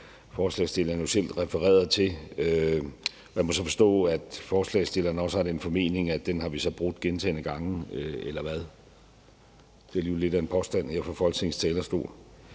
forslagsstilleren jo selv refereret til. Jeg må så forstå, at forslagsstilleren også har den formening, at den har vi så brudt gentagne gange, eller hvad? Det er alligevel lidt af en påstand her fra Folketingets talerstol.